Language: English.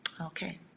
okay